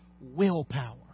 willpower